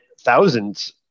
thousands